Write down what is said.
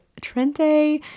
trente